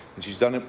and she's done it,